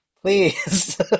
please